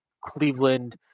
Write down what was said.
Cleveland